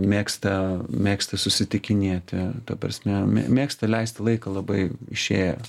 mėgsta megsta susitikinėti ta prasme mėgsta leisti laiką labai išėję